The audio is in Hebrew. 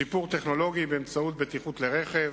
שיפור טכנולוגי באמצעי בטיחות לרכב,